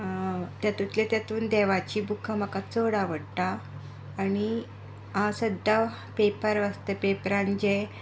तातुंतले तातूंत देवाचीं बुकां म्हाका चड आवडटा आनी हांव सद्दां पेपर वाचतां पेपरान जें